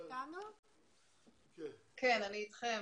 אני אתכם.